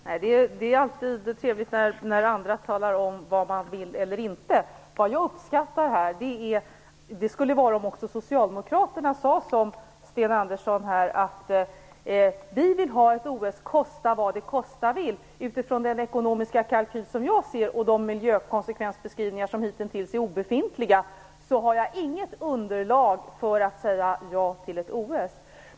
Herr talman! Det är alltid trevligt när andra talar om vad man vill eller inte vill. Jag skulle uppskatta om också socialdemokraterna kunde säga som Sten Andersson: Vi vill ha ett OS, kosta vad det kosta vill. Med tanke på den ekonomiska kalkyl som jag ser och att miljökonsekvensbeskrivningar hittills är obefintliga har jag inget underlag för att säga ja till ett OS.